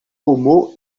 homo